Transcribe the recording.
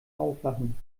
aufwachen